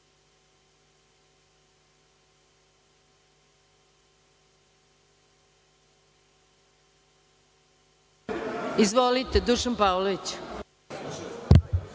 Izvolite, Dušan Pavlović.